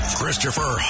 Christopher